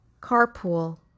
carpool